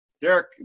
Derek